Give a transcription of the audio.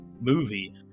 movie